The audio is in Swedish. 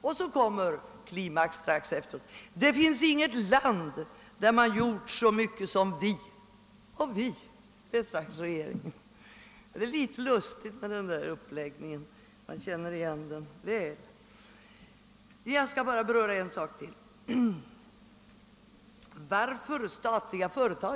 Och så kommer klimax: Det finns inget land där man gjort så mycket som vi — och »vi», det är regeringen — för att klara den saken. Det är litet lustigt med den där uppläggningen — jag känner igen den väl. Jag skall bara beröra en sak till. Varför statliga företag?